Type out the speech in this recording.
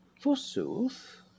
Forsooth